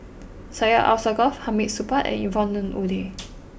Syed Alsagoff Hamid Supaat and Yvonne Ng Uhde